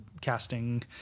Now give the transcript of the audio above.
casting